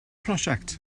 prosiect